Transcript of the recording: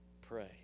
pray